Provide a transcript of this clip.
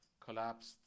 collapsed